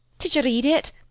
did you read it?